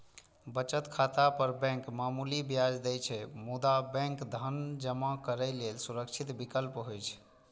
बचत खाता पर बैंक मामूली ब्याज दै छै, मुदा बैंक धन जमा करै लेल सुरक्षित विकल्प होइ छै